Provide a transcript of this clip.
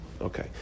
Okay